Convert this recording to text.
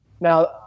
Now